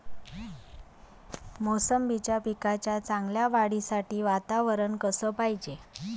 मोसंबीच्या पिकाच्या चांगल्या वाढीसाठी वातावरन कस पायजे?